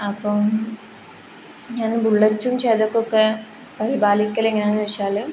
അപ്പം ഞാൻ ബുള്ളറ്റും ചേതക്കൊക്കെ പരിപാലിക്കൽ എങ്ങനെയാണെന്ന് വെച്ചാൽ